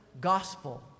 gospel